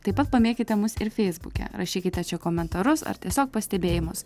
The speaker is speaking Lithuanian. taip pat pamėkite mus ir feisbuke rašykite čia komentarus ar tiesiog pastebėjimus